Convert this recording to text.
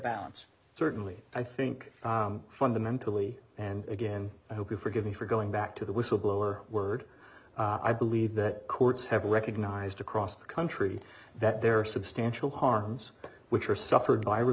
balance certainly i think fundamentally and again i hope you forgive me for going back to the whistleblower word i believe that courts have recognized across the country that there are substantial harms which are suffered